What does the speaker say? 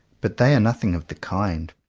but they are nothing of the kind.